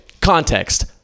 context